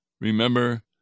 Remember